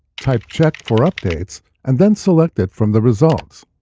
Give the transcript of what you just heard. type check for updates, and then select it from the results.